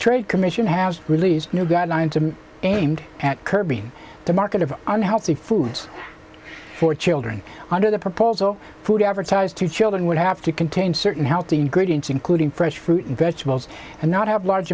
trade commission has released new guidelines aimed at curbing the market of unhealthy foods for children under the proposal food advertised to children would have to contain certain healthy ingredients including fresh fruit and vegetables and not have large